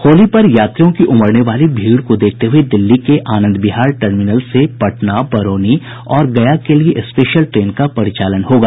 होली पर यात्रियों की उमड़ने वाली भीड़ को देखते हुए दिल्ली के आनंद विहार टर्मिनल से पटना बरौनी और गया के लिए स्पेशल ट्रेन का परिचालन होगा